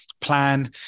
plan